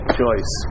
choice